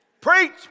Preach